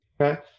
Okay